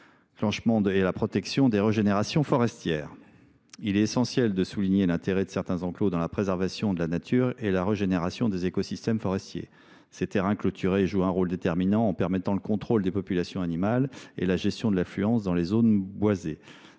déclenchement et à la protection des régénérations forestières ». Il est essentiel de souligner l’intérêt de certains enclos dans la préservation de la nature et dans la régénération des écosystèmes forestiers. Ces terrains clôturés jouent un rôle déterminant en permettant le contrôle des populations animales et la gestion de l’affluence dans les zones boisées.